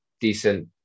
decent